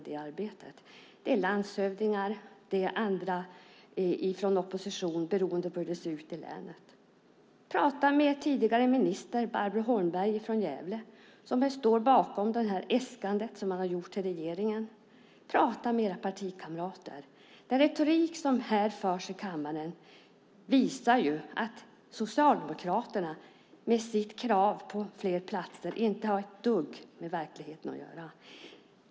Det är landshövdingar. Det är andra från oppositionen, beroende på hur det ser ut i länet. Prata med tidigare ministern Barbro Holmberg från Gävle, som står bakom det äskande som man har gjort till regeringen! Prata med era partikamrater! Retoriken i kammaren visar att Socialdemokraternas krav på fler platser inte har ett dugg med verkligheten att göra.